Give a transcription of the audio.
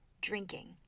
drinking